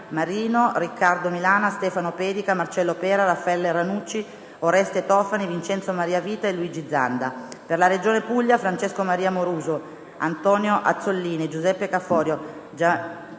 Marino, Riccardo Milana, Stefano Pedica, Marcello Pera, Raffaele Ranucci, Oreste Tofani, Vincenzo Maria Vita e Luigi Zanda; per la Regione Puglia: Francesco Maria Amoruso, Antonio Azzollini, Giuseppe Caforio, Gianrico